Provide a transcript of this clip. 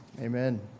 Amen